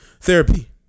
Therapy